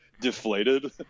deflated